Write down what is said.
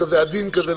עדין כזה,